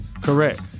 Correct